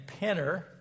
Penner